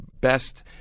best